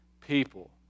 people